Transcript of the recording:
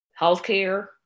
healthcare